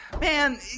Man